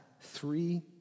three